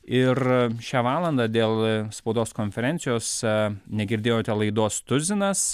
ir šią valandą dėl spaudos konferencijos negirdėjote laidos tuzinas